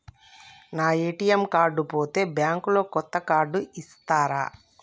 నా ATM card పోతే bank లో కొత్త కార్డు ఇస్తరా?